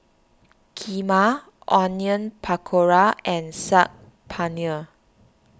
Kheema Onion Pakora and Saag Paneer